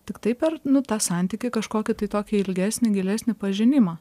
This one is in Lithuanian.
tiktai per tą santykį kažkokį tai tokį ilgesnį gilesnį pažinimą